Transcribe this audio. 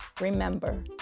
remember